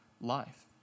life